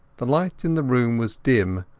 the light in the room was dim,